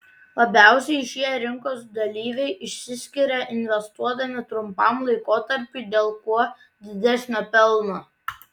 labiausiai šie rinkos dalyviai išsiskiria investuodami trumpam laikotarpiui dėl kuo didesnio pelno